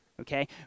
okay